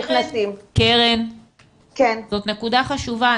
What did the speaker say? נקודה חשובה.